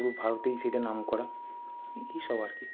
পুরো ভারতেই সেইটা নাম করা এই সব আর কি